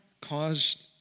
caused